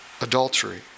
adultery